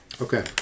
Okay